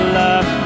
love